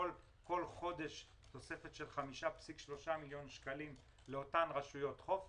בכל חודש תוספת של 5.3 מיליון שקלים לאותן רשויות חוף,